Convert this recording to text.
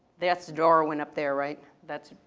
that's darwin up there right. that's,